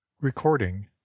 Recording